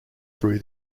through